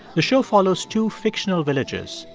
the show follows two fictional villages,